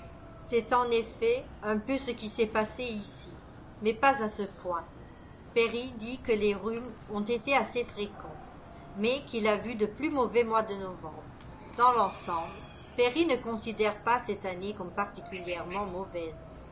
c'est en effet un peu ce qui s'est passé ici mais pas à ce point perry dit que les rhumes ont été assez fréquents mais qu'il a vu de plus mauvais mois de novembre dans l'ensemble perry ne considère pas cette année comme particulièrement mauvaise